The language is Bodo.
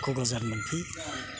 क'क्राझार मोनफैयो